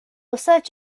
such